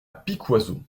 piquoiseau